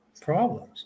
problems